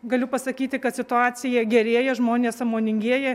galiu pasakyti kad situacija gerėja žmonės sąmoningėja